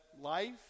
life